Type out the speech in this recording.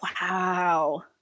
wow